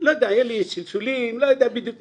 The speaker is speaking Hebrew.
לא יודע, היו שלשולים, לא יודע בדיוק.